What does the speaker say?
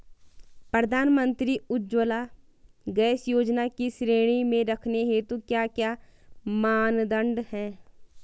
प्रधानमंत्री उज्जवला गैस योजना की श्रेणी में रखने हेतु क्या क्या मानदंड है?